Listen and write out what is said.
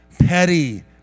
petty